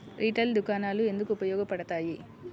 Retail దుకాణాలు ఎందుకు ఉపయోగ పడతాయి?